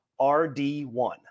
RD1